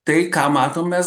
tai ką matom mes